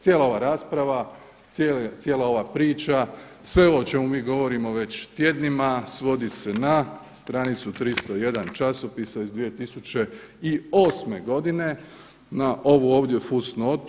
Cijela ova rasprava, cijela ova priča, sve ovo o čemu mi govorimo već tjednima svodi se na stranicu 301 časopisa iz 2008. godine na ovu ovdje fusnotu.